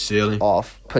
off